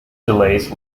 delays